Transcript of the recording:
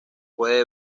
puede